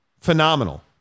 Phenomenal